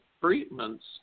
treatments